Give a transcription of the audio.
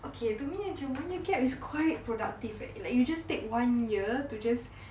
okay to me macam one year gap is quite productive leh like you just take one year to just